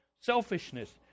Selfishness